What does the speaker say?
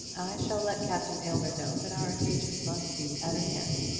shall let captain aylmer know that our engagement must be at an end,